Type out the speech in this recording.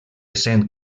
cent